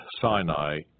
Sinai